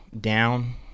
down